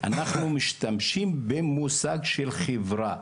אנחנו משתמשים במושג של חברה.